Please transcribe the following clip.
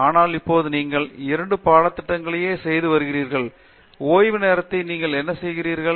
ஆனால் இப்போது நீங்கள் 2 பாடத்திட்டங்களையே செய்து வருகிறீர்கள் ஓய்வு நேரத்தை நீங்கள் என்ன செய்கிறீர்கள்